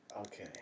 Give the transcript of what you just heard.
Okay